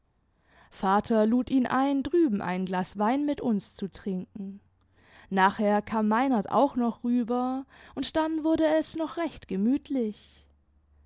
vater lud ihn ein drüben ein glas wein mit uns zu trinken nachher kam meinert auch noch rüber imd dann wurde es noch recht gemütlich